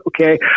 okay